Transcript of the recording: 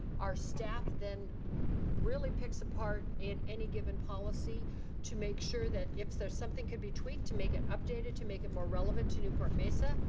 our staff then really picks a part in any given policy to make sure that if there's something could be tweaked to make it updated to make it more relevant to newport mesa,